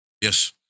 Yes